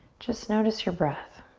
just notice your breath.